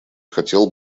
хотел